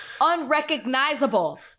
Unrecognizable